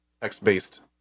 text-based